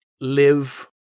live